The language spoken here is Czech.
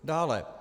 Dále.